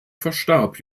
verstarb